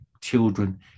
children